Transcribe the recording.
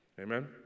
Amen